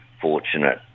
fortunate